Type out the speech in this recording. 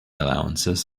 allowances